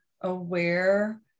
aware